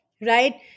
right